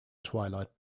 twilight